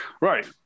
right